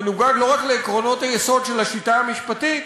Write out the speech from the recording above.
מנוגד לא רק לעקרונות היסוד של השיטה המשפטית